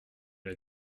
l’a